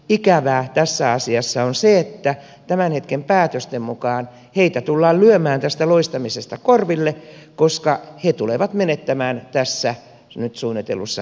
ikävää tässä asiassa on se että tämän hetken päätösten mukaan heitä tullaan lyömään tästä loistamisesta korville koska he tulevat menettämään tässä nyt suunnitellussa eläkeratkaisussa